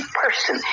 person